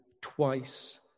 Twice